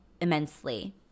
immensely